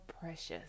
precious